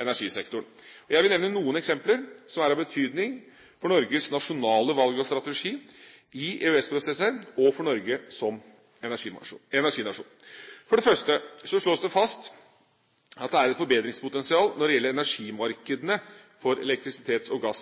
energisektoren. Jeg vil nevne noen eksempler som er av betydning for Norges nasjonale valg av strategi, i EØS-prosesser og for Norge som energinasjon. For det første slås det fast at det er et forbedringspotensial når det gjelder energimarkedene for elektrisitet og gass.